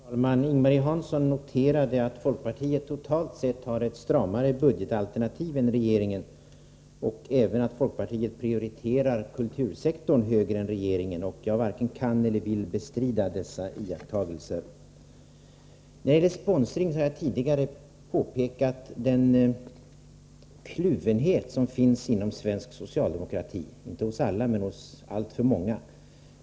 Herr talman! Ing-Marie Hansson noterade att folkpartiet totalt sett har ett stramare budgetalternativ än regeringen och att folkpartiet prioriterar kultursektorn högre än regeringen. Jag varken kan eller vill bestrida dessa iakttagelser. När det gäller sponsring har jag tidigare påpekat den kluvenhet som finns inom svensk socialdemokrati — inte hos alla, men hos alltför många.